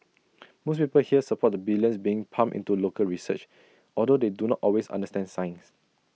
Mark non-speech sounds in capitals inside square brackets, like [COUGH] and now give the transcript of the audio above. [NOISE] most people here support the billions being pumped into local research although they do not always understand science